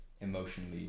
emotionally